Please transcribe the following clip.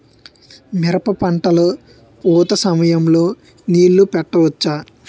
మిరప పంట లొ పూత సమయం లొ నీళ్ళు పెట్టవచ్చా?